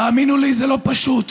תאמינו לי, זה לא פשוט.